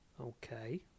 Okay